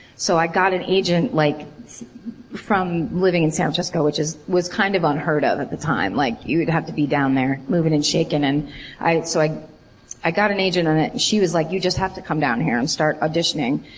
so i got an agent like from living in san francisco which was kind of unheard of at the time. like you'd have to be down there moving and shaking. and so i i got an agent and she was like, you just have to come down here and start auditioning.